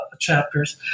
chapters